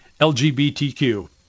LGBTQ